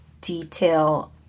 detail